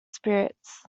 spirits